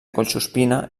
collsuspina